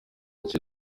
icyo